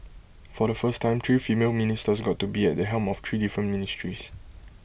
for the first time three female ministers got to be at the helm of three different ministries